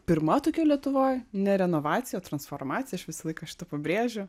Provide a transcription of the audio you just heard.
pirma tokia lietuvoj ne renovacija o transformacija aš visą laiką šitą pabrėžiu